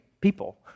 people